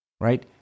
right